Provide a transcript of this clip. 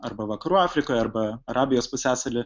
arba vakarų afrikoj arba arabijos pusiasaly